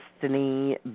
destiny